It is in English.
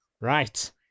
Right